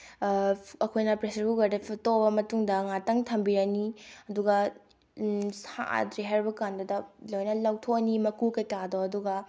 ꯑꯩꯈꯣꯏꯅ ꯄ꯭ꯔꯦꯁꯔ ꯀꯨꯀꯔꯗ ꯐꯨꯠꯇꯣꯛꯑꯕ ꯃꯇꯨꯡꯗ ꯉꯥꯛꯇꯪ ꯊꯝꯕꯤꯔꯅꯤ ꯑꯗꯨꯒ ꯁꯥꯗ꯭ꯔꯦ ꯍꯥꯏꯔꯕꯀꯥꯟꯗꯨꯗ ꯂꯣꯏꯅ ꯂꯧꯊꯣꯛꯑꯅꯤ ꯃꯀꯨ ꯀꯩꯀꯥꯗꯣ ꯑꯗꯨꯒ ꯑꯩꯈꯣꯏꯅ